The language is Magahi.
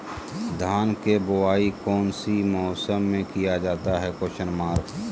धान के बोआई कौन सी मौसम में किया जाता है?